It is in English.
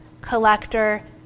collector